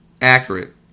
accurate